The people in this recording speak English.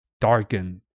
darken